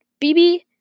bb